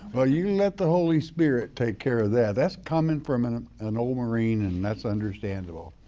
ah you let the holy spirit take care of that. that's common from an ah an old marine, and that's understandable.